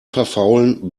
verfaulen